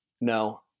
No